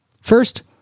First